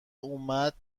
اومد